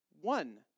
one